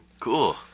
Cool